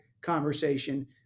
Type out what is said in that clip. conversation